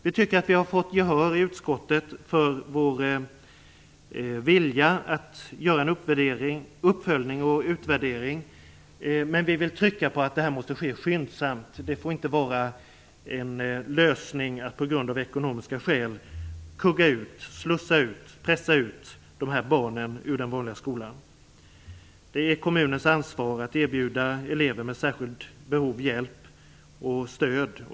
Vi tycker att vi har fått gehör i utskottet för vår vilja att göra en uppföljning och utvärdering, men vi vill trycka på att detta måste ske skyndsamt. Det får inte vara en lösning att på grund av ekonomiska skäl kugga ut, slussa ut och pressa ut de här barnen ur den vanliga skolan. Det är kommunens ansvar att erbjuda elever med särskilda behov hjälp och stöd.